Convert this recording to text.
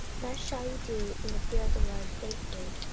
thus shall ye do in the fear of the lord, faithfully,